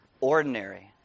ordinary